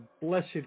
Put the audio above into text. blessed